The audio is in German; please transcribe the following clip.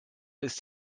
ist